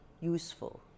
useful